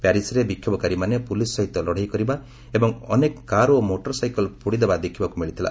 ପ୍ୟାରିସ୍ରେ ବିକ୍ଷୋଭକାରୀମାନେ ପୁଲିସ୍ ସହିତ ଲଢ଼େଇ କରିବା ଏବଂ ଅନେକ କାର୍ ଓ ମୋଟରସାଇକେଲ ପୋଡ଼ିଦେବା ଦେଖିବାକୁ ମିଳିଥିଲା